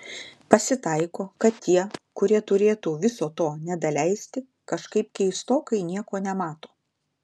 pasitaiko kad tie kurie turėtų viso to nedaleisti kažkaip keistokai nieko nemato